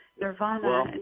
Nirvana